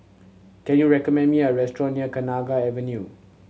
can you recommend me a restaurant near Kenanga Avenue